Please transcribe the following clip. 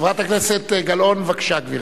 חברת הכנסת גלאון, בבקשה, גברתי.